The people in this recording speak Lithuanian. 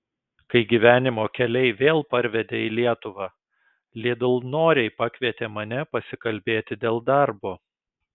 kai gyvenimo keliai vėl parvedė į lietuvą lidl noriai pakvietė mane pasikalbėti dėl darbo